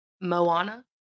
moana